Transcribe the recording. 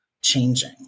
changing